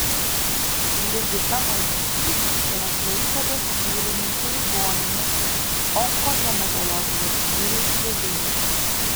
ligita malciūtė yra klaipėdos jūrininkų ligoninės onkohematologijos skyriaus vedėja